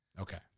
Okay